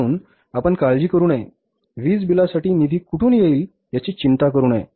म्हणून आपण काळजी करू नये वीज बिलासाठी निधी कुठून येईल याची चिंता करू नये